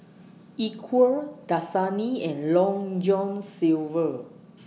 Equal Dasani and Long John Silver